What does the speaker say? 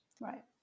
Right